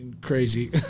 crazy